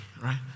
right